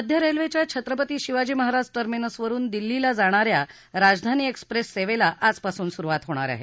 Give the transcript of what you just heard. मध्य रेल्वेच्या छत्रपती शिवाजी महाराज टर्मिनसवरुन दिल्लीला जाणा या राजधानी एक्सप्रेस सेवेला आजपासून सुरुवात होणार आहे